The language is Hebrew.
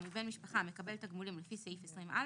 מבן משפחה המקבל תגמולים לפי סעיף 20א